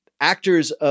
actors